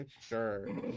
sure